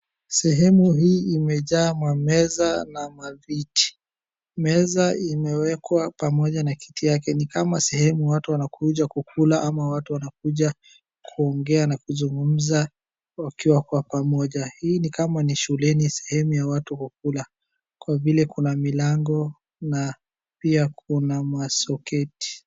Sehemu hii imejaa mameza na maviti. Meza imewekwa pamoja na kiti yake. Ni kama sehemu watu wanakuja kukula ama watu wanakuja kuongea na kuzungumza wakiwa kwa pamoja. Hii ni kama ni shuleni sehemu ya watu kukula kwa vile kuna milango na pia kuna masoketi.